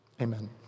Amen